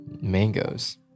mangoes